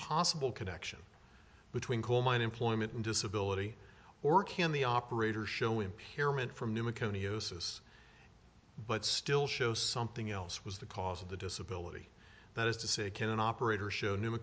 possible connection between coal mine employment and disability or can the operator show impairment from new macone osis but still shows something else was the cause of the disability that is to say can an operator show new